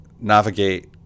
navigate